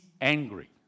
angry